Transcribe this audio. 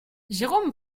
jérôme